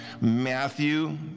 Matthew